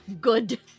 Good